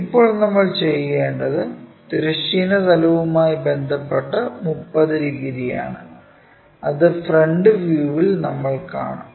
ഇപ്പോൾ നമ്മൾ ചെയ്യേണ്ടത് തിരശ്ചീന തലവുമായി ബന്ധപ്പെട്ട് 30 ഡിഗ്രിയാണ് അത് ഫ്രണ്ട് വ്യൂവിൽ നമ്മൾ കാണും